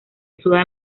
sudan